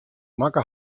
makke